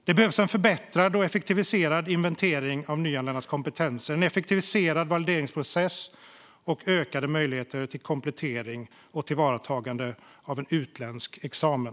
Det behövs en förbättrad och effektiviserad inventering av nyanländas kompetenser, en effektiviserad valideringsprocess och ökade möjligheter till komplettering och tillvaratagande av en utländsk examen.